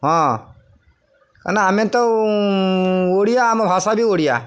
ହଁ କାଇଁନା ଆମେ ତ ଓଡ଼ିଆ ଆମ ଭାଷା ବି ଓଡ଼ିଆ